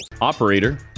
Operator